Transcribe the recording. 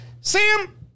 Sam